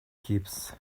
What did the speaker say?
keeps